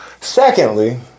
secondly